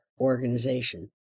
organization